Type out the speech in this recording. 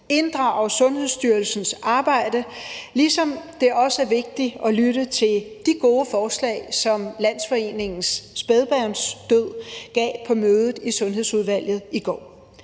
inddrage Sundhedsstyrelsens arbejde, ligesom det også er vigtigt at lytte til de gode forslag, som Forældre & Sorg – Landsforeningen Spædbarnsdød gav på mødet i Sundhedsudvalget i går.